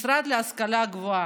משרד להשכלה גבוהה.